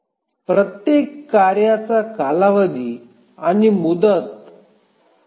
rate monotonic based शेड्युलरसाठी resource शेअरींगसाठी खूप चांगले अल्गोरिदम उपलब्ध आहेत